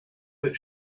that